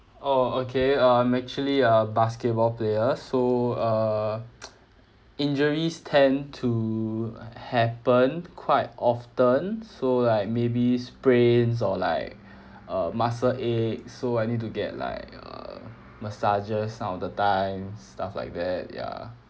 oh okay I'm actually a basketball player so err injuries tend to happen quite often so like maybe sprains or like uh muscle aches so I need to get like err massages all the times stuff like that ya